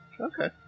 Okay